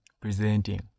presenting